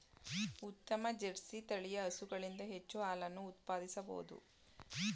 ಉತ್ತಮ ಜರ್ಸಿ ತಳಿಯ ಹಸುಗಳಿಂದ ಹೆಚ್ಚು ಹಾಲನ್ನು ಉತ್ಪಾದಿಸಬೋದು